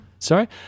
Sorry